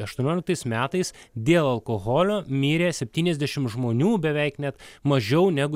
aštuonioliktais metais dėl alkoholio mirė septyniasdešim žmonių beveik net mažiau negu